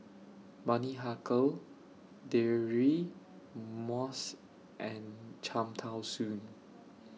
Bani Haykal Deirdre Moss and Cham Tao Soon